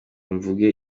mvuge